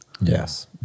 Yes